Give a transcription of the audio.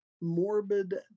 morbid